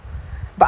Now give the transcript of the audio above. but